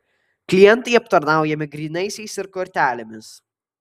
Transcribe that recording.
klientai aptarnaujami grynaisiais ir kortelėmis